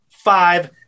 Five